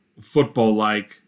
football-like